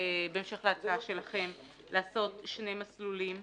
בהמשך להצעה שלכם לעשות שני מסלולים,